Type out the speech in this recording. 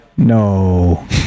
No